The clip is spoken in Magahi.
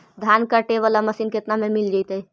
धान काटे वाला मशीन केतना में मिल जैतै?